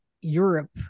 Europe